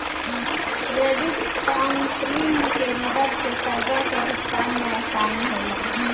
credit counselling के मदद से कर्जा के भुगतान में आसानी होला